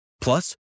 Plus